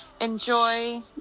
Enjoy